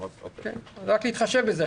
רק להתחשב בזה,